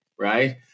right